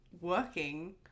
working